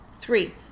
Three